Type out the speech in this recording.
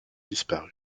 disparut